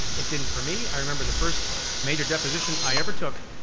it didn't for me. i remember the first major deposition i ever took,